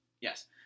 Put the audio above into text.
Yes